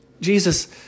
Jesus